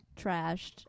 trashed